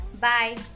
bye